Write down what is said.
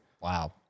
wow